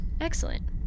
Excellent